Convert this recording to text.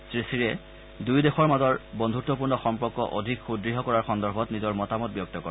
শ্ৰীশ্বিৰে লগতে দুয়ো দেশৰ মাজৰ বন্ধুতপূৰ্ণ সম্পৰ্ক অধিক সুদ্য় কৰাৰ সন্দৰ্ভত নিজৰ মতামত ব্যক্ত কৰে